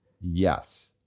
yes